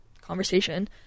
conversation